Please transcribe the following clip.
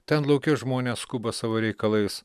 ten lauke žmonės skuba savo reikalais